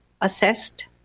assessed